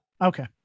okay